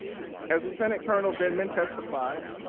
as lieutenant colonel of inman testified,